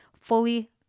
Fully